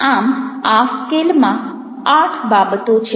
આમ આ સ્કેલમાં આઠ બાબતો છે